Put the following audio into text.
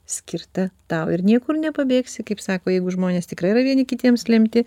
skirta tau ir niekur nepabėgsi kaip sako jeigu žmonės tikrai yra vieni kitiems lemti